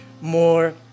more